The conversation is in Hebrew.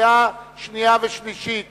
שתקבע ועדת הכנסת נתקבלה.